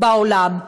בעולם.